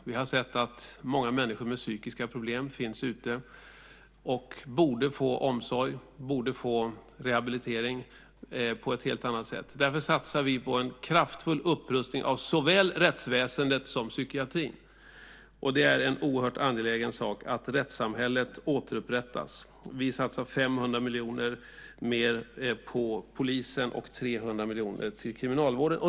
Vi har sett att många människor med psykiska problem finns ute. De borde få omsorg och rehabilitering på ett helt annat sätt. Därför satsar vi på en kraftfull upprustning av såväl rättsväsendet som psykiatrin. Det är en oerhört angelägen sak att rättssamhället återupprättas. Vi satsar 500 miljoner mer på polisen och 300 miljoner till kriminalvården.